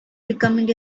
becoming